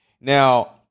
now